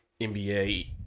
NBA